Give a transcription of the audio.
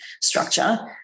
structure